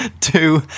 Two